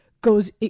goes